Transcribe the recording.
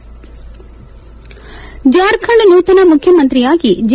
head Jharkhand ನೂತನ ಮುಖ್ಲಮಂತ್ರಿಯಾಗಿ J